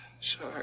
Sorry